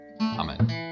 Amen